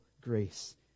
grace